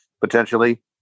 potentially